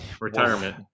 retirement